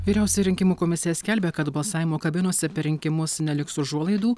vyriausioji rinkimų komisija skelbia kad balsavimo kabinose per rinkimus neliks užuolaidų